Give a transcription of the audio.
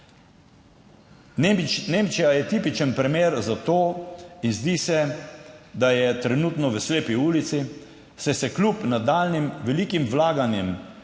Nemčija je tipičen primer za to in zdi se, da je trenutno v slepi ulici, saj se kljub nadaljnjim velikim vlaganjem